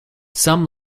some